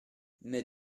mais